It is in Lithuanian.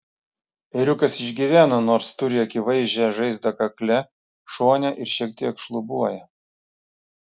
ėriukas išgyveno nors turi akivaizdžią žaizdą kakle šone ir šiek tiek šlubuoja